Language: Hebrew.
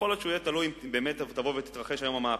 יכול להיות שהוא יהיה תלוי אם תתרחש היום המהפכה